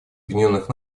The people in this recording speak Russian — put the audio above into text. объединенных